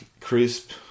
Crisp